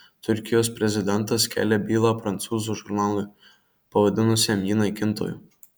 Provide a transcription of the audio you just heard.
turkijos prezidentas kelia bylą prancūzų žurnalui pavadinusiam jį naikintoju